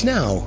Now